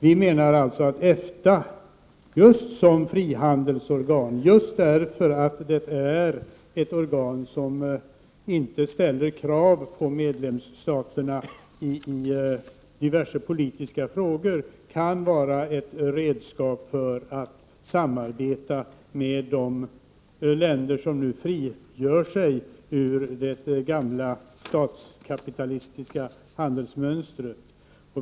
Vi menar att EFTA, just som frihandelsorgan, just för att EFTA är ett organ som inte ställer krav på medlemsstaterna i diverse politiska frågor, kan vara ett redskap för samarbete med de länder som nu frigör sig ur det gamla statskapitalistiska handelsmönstret.